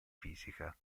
fisica